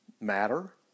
matter